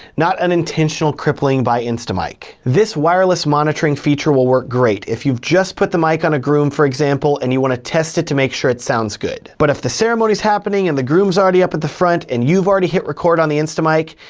not an intentional crippling by instamic. this wireless monitoring feature will work great if you've just put the mic on a groom, for example, and you wanna test it to make sure it sounds good. but if the ceremony's happening, and the groom's already up at the front, and you've already hit record on the instamic,